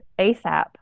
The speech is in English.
asap